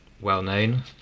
well-known